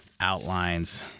outlines